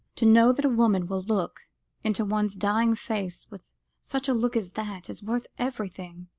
to know that a woman will look into one's dying face with such a look as that, is worth everything,